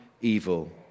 evil